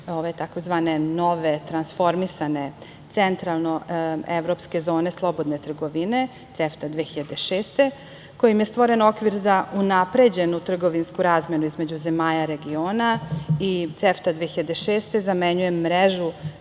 tzv. nove transformisane centralno-evropske zone slobodne trgovine - CEFTA 2006. kojim je stvoren okvir za unapređenu trgovinsku razmenu između zemalja regiona i CEFTA 2006. zamenjuje mrežu